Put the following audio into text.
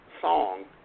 song